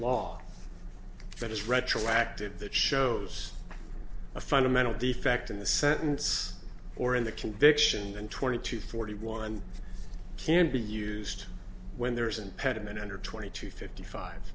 law that is retroactive that shows a fundamental defect in the sentence or in the conviction and twenty two forty one can be used when there is an pediment under twenty two fifty five